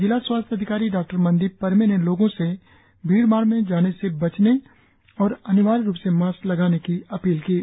जिला स्वास्थ्य अधिकारी डॉ मनदीप परमे ने लोगों से भीड़ भाड़ में जाने से बचने और अनिवार्य रुप से मास्क लगाने की अपील की है